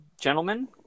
gentlemen